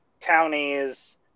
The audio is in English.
townies